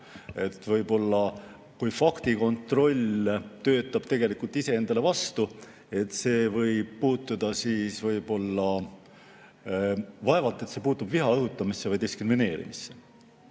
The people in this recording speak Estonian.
Võib-olla, kui faktikontroll töötab tegelikult iseendale vastu, siis see võib siia puutuda, aga vaevalt et see puutub viha õhutamisse või diskrimineerimisse.